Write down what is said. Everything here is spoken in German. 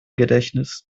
gedächtnis